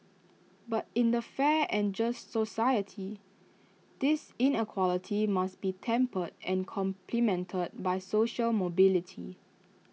but in A fair and just society this inequality must be tempered and complemented by social mobility